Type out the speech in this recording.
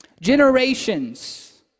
Generations